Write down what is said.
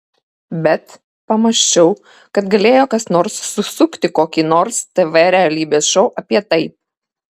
bet pamąsčiau kad galėjo kas nors susukti kokį nors tv realybės šou apie tai